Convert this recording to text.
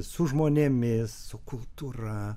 su žmonėmis su kultūra